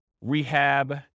rehab